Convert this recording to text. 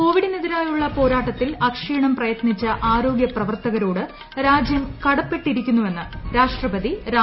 കോവിഡിനെതിരായുളള പോരാട്ടത്തിൽ അക്ഷീണം ന് പ്രയത്നിച്ച ആരോഗ്യപ്രവർത്തകരോട് രാജ്യം കടപ്പെട്ടിരിക്കുന്നുവെന്ന് രാഷ്ട്രപതി രാംനാഥ് കോവിന്ദ്